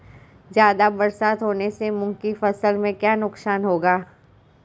ज़्यादा बरसात होने से मूंग की फसल में क्या नुकसान होगा?